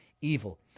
Evil